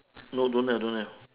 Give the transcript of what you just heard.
no don't have don't have